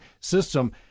system